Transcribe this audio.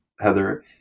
Heather